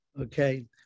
Okay